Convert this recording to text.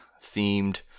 themed